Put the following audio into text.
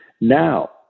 now